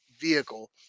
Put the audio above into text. vehicle